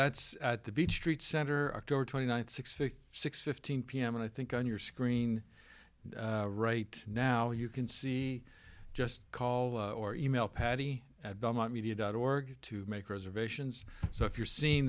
that's at the beach street center october twenty ninth six fifty six fifteen pm and i think on your screen right now you can see just call or email patty at belmont media dot org to make reservations so if you're seeing